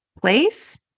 place